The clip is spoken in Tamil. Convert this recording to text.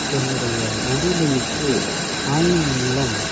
என்னுடைய மொபைல் எண்ணிற்கு ஆன்லைன் மூலம்